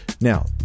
Now